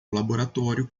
laboratório